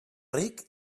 ric